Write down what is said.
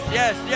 yes